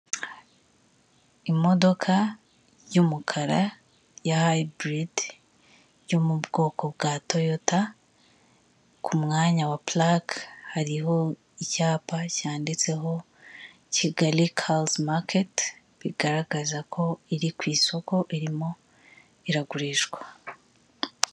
Imodoka y'umukara ya Hybrid yo mu bwoko bwa Toyota, ku mwanya wa pulake hariho icyapa cyanditseho Kigali Cars Market, bigaragaza ko iri ku isoko irimo iragurishwa.